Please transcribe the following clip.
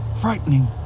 frightening